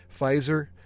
Pfizer